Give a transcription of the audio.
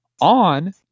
on